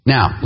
Now